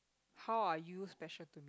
how are you special to